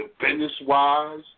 business-wise